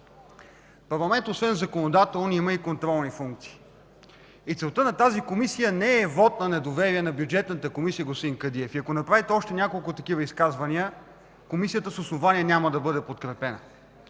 Парламентът освен законодателни има и контролни функции. Целта на тази Комисия не е вот на недоверие на Бюджетната комисия, господин Кадиев. Ако направите още няколко такива изказвания, Комисията с основание няма да бъде подкрепена.